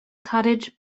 cottage